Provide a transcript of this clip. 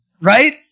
Right